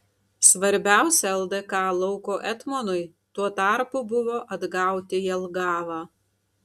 svarbiausia ldk lauko etmonui tuo tarpu buvo atgauti jelgavą